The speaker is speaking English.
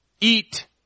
Eat